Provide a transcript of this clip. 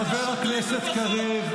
חבר הכנסת קריב,